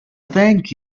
thank